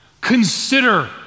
Consider